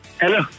Hello